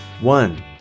one